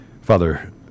Father